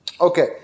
Okay